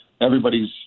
Everybody's